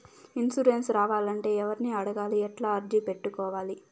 Insurance రావాలంటే ఎవర్ని అడగాలి? ఎట్లా అర్జీ పెట్టుకోవాలి?